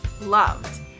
loved